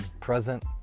present